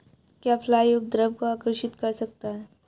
एक फ्लाई उपद्रव को आकर्षित कर सकता है?